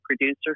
producer